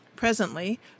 Presently